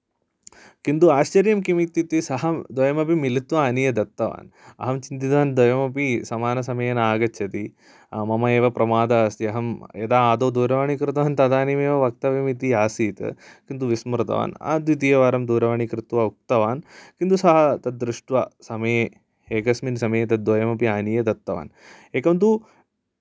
किन्तु आश्चर्यं किम् इत्युक्ते सः द्वयमपि मिलित्त्वा आनीय दत्तवान् अहं चिन्तितवान् द्वयमपि समानसमये नागच्छति मम एव प्रमाद अस्ति अहं यदा आदौ दूरवाणीं कृतवान् तदानीमेव वक्तव्यमिति आसीत् किन्तु विस्मृतवान् द्वितीयवारं दूरवाणीं कृत्त्वा उक्तवान् किन्तु सः तद्दृष्ट्वा समये एकस्मिन् समये तद्द्वयमपि आनीय दत्तवान् एकं तु